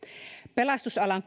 pelastusalan